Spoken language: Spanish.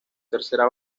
tercera